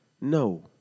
No